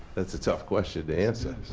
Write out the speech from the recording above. that's a tough question to answer.